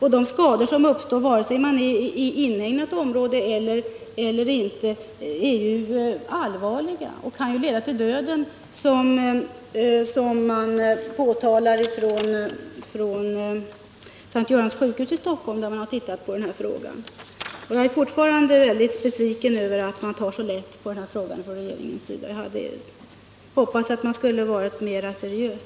De skador som uppstår, antingen man är inom inhägnat område eller inte, är allvarliga och kan leda till döden, vilket man påpekar från S:t Görans sjukhus i Stockholm, där man har tittat på denna fråga. Jag är fortfrande väldigt besviken över att regeringen tar så lätt på denna fråga. Jag hade hoppats att man skulle vara mer seriös.